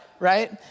right